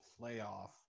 playoff